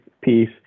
piece